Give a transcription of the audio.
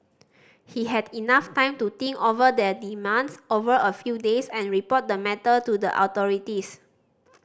he had enough time to think over their demands over a few days and report the matter to the authorities